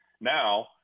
Now –